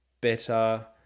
better